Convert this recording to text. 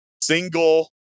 single